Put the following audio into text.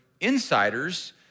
insiders